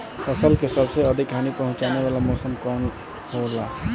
फसल के सबसे अधिक हानि पहुंचाने वाला मौसम कौन हो ला?